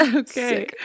Okay